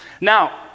Now